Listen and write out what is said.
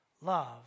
love